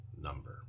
number